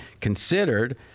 considered